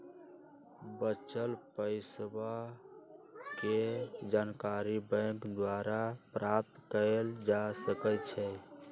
बच्चल पइसाके जानकारी बैंक द्वारा प्राप्त कएल जा सकइ छै